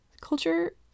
Culture